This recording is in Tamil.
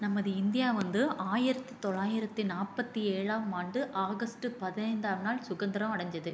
நமது இந்தியா வந்து ஆயிரத்தி தொள்ளாயிரத்தி நாற்பத்தி ஏழாம் ஆண்டு ஆகஸ்ட்டு பதினைந்தாம் நாள் சுதந்திரம் அடைஞ்சிது